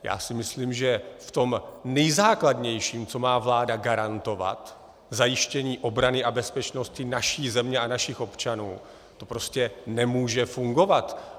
Já si myslím, že v tom nejzákladnějším, co má vláda garantovat zajištění obrany a bezpečnosti naší země a našich občanů to prostě nemůže fungovat.